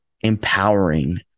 empowering